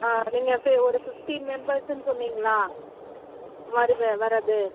நீங்கள் ஃபி ஒரு ஃபிஃப்ட்டீன் மெம்பர்ஸுன்னு சொன்னீங்களா வருது வர்றது